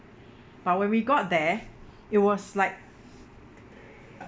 but when we got there it was like